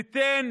ניתן